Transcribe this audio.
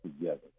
together